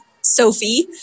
Sophie